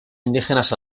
indígenas